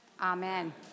Amen